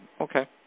Okay